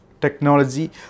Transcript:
technology